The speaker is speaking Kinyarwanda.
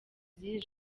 z’iri